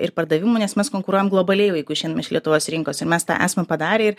ir pardavimų nes mes konkuruojam globaliai o jeigu išeinam iš lietuvos rinkos ir mes tą esame padarę ir